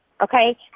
Okay